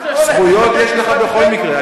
זכויות יש לך בכל מקרה.